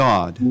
God